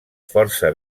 força